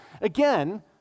Again